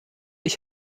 ich